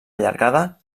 allargada